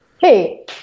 Hey